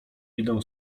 idę